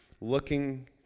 looking